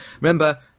Remember